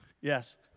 Yes